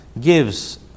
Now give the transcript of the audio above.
gives